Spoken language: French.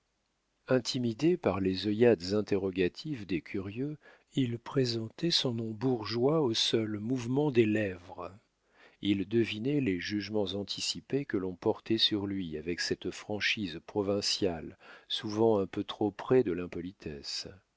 intimidé par les œillades interrogatives des curieux il pressentait son nom bourgeois au seul mouvement des lèvres il devinait les jugements anticipés que l'on portait sur lui avec cette franchise provinciale souvent un peu trop près de l'impolitesse